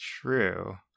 True